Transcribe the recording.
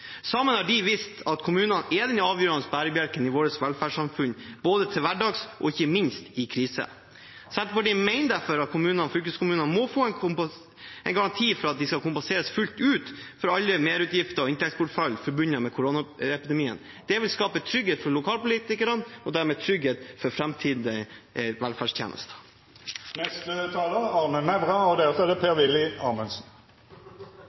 Sammen har de vist at kommunene er den avgjørende bærebjelken i vårt velferdssamfunn både til hverdags og ikke minst i krise. Senterpartiet mener derfor at kommunene og fylkeskommunene må få en garanti for at de skal kompenseres fullt ut for alle merutgifter og inntektsbortfall forbundet med koronaepidemien. Det vil skape trygghet for lokalpolitikerne og dermed trygghet for framtidige velferdstjenester. SV og jeg skulle ønske at regjeringa forsto at det